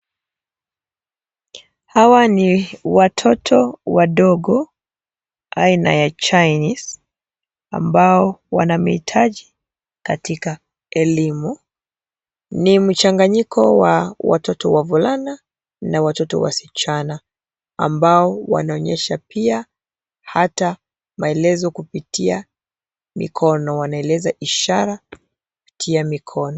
Hawa ni watoto wadogo aina ya Chinese, ambao wana mahitaji katika elimu. Ni mchanganyiko wa watoto wavulana na watoto wasichana ambao wanaonyesha pia hata maelezo kupitia mikono, wanaeleza ishara kupitia mikono.